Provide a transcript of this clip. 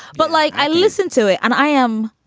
but like i listen to it and i am.